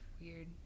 Weird